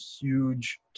huge